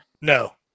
No